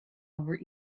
over